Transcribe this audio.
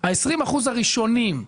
ה-20% הראשונים.